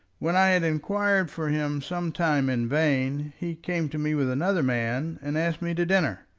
when i had inquired for him some time in vain, he came to me with another man, and asked me to dinner.